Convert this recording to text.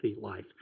life